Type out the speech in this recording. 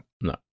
no